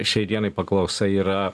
šiai dienai paklausa yra